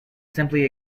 simply